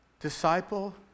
disciple